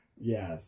Yes